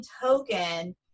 token